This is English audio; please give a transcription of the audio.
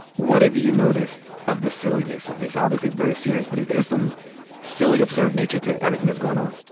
what have you noticed of the silliness of this? obviously, it's very serious, but is there some silly, absurd nature to everything that's goin' on?